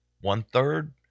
One-third